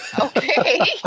okay